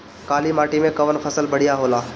काली माटी मै कवन फसल बढ़िया होला?